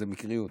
זה מקריות,